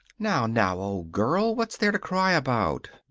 now, now, old girl. what's there to cry about?